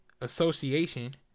association